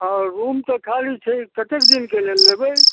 हँ रूम तऽ खाली छै कतेक दिनके लेल लेबय